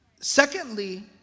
Secondly